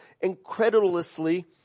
incredulously